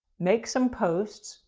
make some posts.